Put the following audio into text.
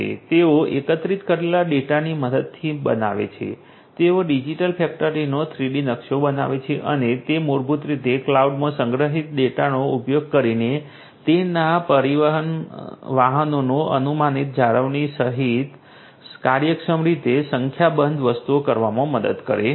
તેઓ એકત્રિત કરેલા ડેટાની મદદથી બનાવે છે તેઓ ડિજિટલ ફેક્ટરીનો 3D નકશો બનાવે છે અને તે મૂળભૂત રીતે ક્લાઉડમાં સંગ્રહિત ડેટાનો ઉપયોગ કરીને તેમના પરિવહન વાહનોની અનુમાનિત જાળવણી સહિત કાર્યક્ષમ રીતે સંખ્યાબંધ વસ્તુઓ કરવામાં મદદ કરે છે